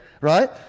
right